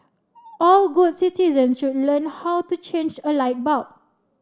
all good citizens should learn how to change a light bulb